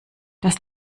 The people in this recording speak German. dass